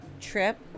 trip